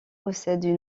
possèdent